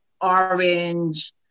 orange